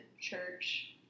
church